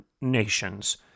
nation's